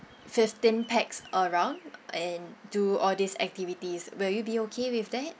fifteen pax around and do all these activities will you be okay with that